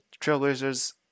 Trailblazers